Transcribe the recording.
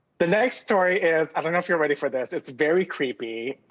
the next story is, i don't know if you're ready for this, it's very creepy.